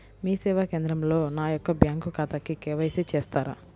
మీ సేవా కేంద్రంలో నా యొక్క బ్యాంకు ఖాతాకి కే.వై.సి చేస్తారా?